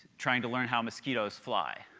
trying to learn how mosquitos fly.